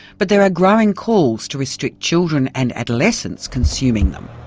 but there are growing calls to restrict children and adolescents consuming them.